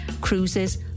cruises